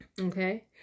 Okay